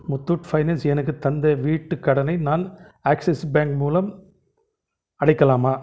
Muthoot finance எனக்குத் தந்த வீட்டுக் கடனை நான் ஆக்ஸிஸ் பேங்க் மூலம் அடைக்கலாமா